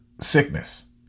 sickness